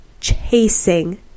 chasing